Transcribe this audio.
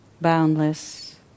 boundless